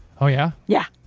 oh yeah? yeah.